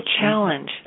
challenge